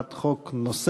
הצעת חוק נוספת,